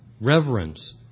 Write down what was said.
reverence